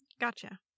Gotcha